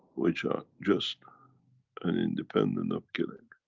which are just an independent of killing.